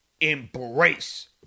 embrace